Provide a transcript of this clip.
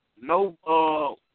no